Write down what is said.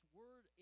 word